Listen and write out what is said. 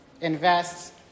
invest